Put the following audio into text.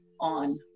on